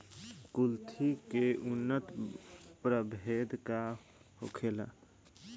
कुलथी के उन्नत प्रभेद का होखेला?